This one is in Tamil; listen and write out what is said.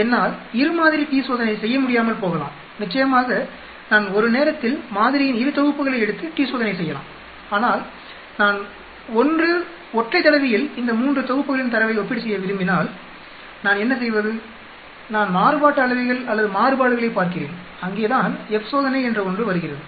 என்னால் இரு மாதிரி t சோதனை செய்ய முடியாமல் போகலாம் நிச்சயமாக நான் ஒரு நேரத்தில் மாதிரியின் இரு தொகுப்புகளை எடுத்து t சோதனை செய்யலாம் ஆனால் நான் 1 ஒற்றை தடவையில் இந்த 3 தொகுப்புகளின் தரவை ஒப்பீடு செய்ய விரும்பினால் நான் என்ன செய்வது நான் மாறுபாட்டு அளவைகள் அல்லது மாறுபாடுகளைப் பார்க்கிறேன் அங்கேதான் F சோதனை என்ற ஒன்று வருகிறது